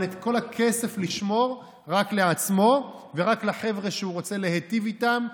אבל את כל הכסף לשמור רק לעצמו ורק לחבר'ה שהוא רוצה להיטיב איתם.